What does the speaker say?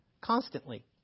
Constantly